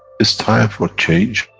it's time for change,